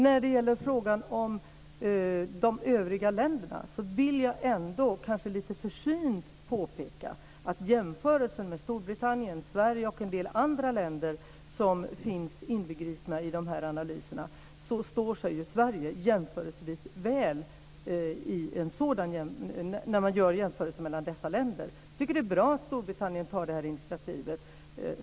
När det gäller frågan om de övriga länderna vill jag ändå kanske lite försynt påpeka att Sverige i en jämförelse mellan Storbritannien, Sverige och en del andra länder som inbegrips i analyserna står sig förhållandevis väl. Jag tycker att det är bra att Storbritannien tar det här initiativet.